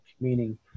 meaning